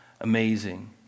Amazing